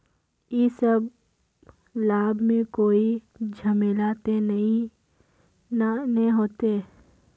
इ सब लाभ में कोई झमेला ते नय ने होते?